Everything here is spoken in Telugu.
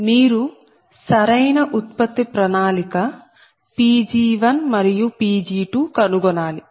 మీరు సరైన ఉత్పత్తి ప్రణాళిక Pg1 మరియు Pg2 కనుగొనాలి